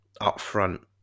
upfront